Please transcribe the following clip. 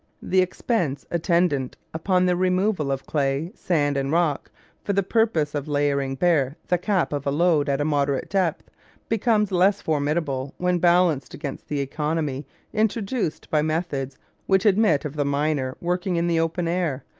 the expense attendant upon the removal of clay, sand, and rock for the purpose of laying bare the cap of a lode at a moderate depth becomes less formidable when balanced against the economy introduced by methods which admit of the miner working in the open air,